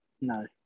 no